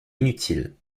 inutiles